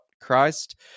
Christ